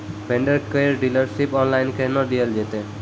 Vendor केर dealership online केहनो लियल जेतै?